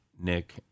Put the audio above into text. Nick